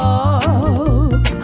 up